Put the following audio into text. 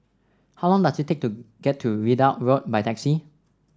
how long does it take to get to Ridout Road by taxi